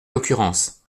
l’occurrence